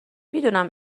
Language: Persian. میدونم